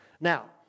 Now